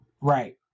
Right